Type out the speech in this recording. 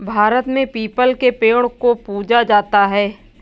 भारत में पीपल के पेड़ को पूजा जाता है